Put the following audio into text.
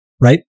right